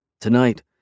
Tonight